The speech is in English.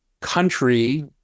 country